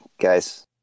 guys